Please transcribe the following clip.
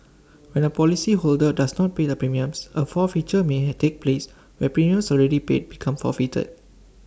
when A policyholder does not pay the premiums A forfeiture may had take place where premiums already paid become forfeited